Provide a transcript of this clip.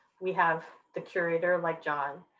we have the curator like john,